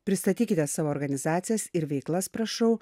pristatykite savo organizacijas ir veiklas prašau